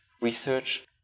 research